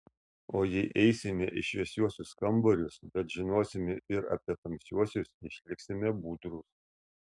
o jei eisime į šviesiuosius kambarius bet žinosime ir apie tamsiuosius išliksime budrūs